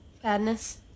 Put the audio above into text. Badness